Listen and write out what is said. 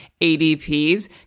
ADPs